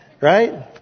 Right